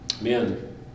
men